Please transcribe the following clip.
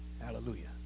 Hallelujah